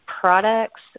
products